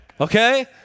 okay